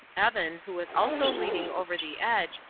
evan, who was also leaning over the edge,